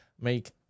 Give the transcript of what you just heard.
make